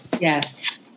yes